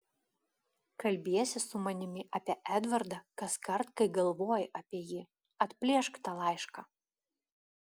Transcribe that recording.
kalbiesi su manimi apie edvardą kaskart kai galvoji apie jį atplėšk tą laišką